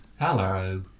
Hello